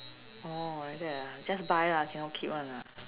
orh like that ah just buy lah cannot keep [one] ah